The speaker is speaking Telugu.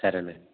సరే అండి